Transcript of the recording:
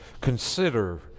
consider